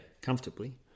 Comfortably